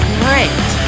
great